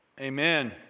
Amen